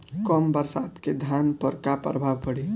कम बरसात के धान पर का प्रभाव पड़ी?